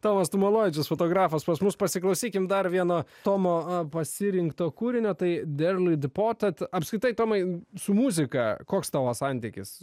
tomas tomolovičius fotografas pas mus pasiklausykim dar vieno tomo pasirinkto kūrinio tai derly dipoted apskritai tomai su muzika koks tavo santykis